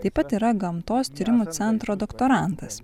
taip pat yra gamtos tyrimų centro doktorantas